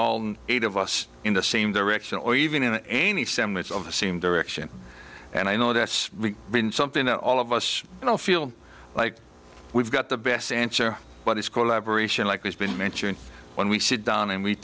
all eight of us in the same direction or even in any semblance of the same direction and i know that's been something that all of us feel like we've got the best answer what is called aberration like has been mentioned when we sit down and we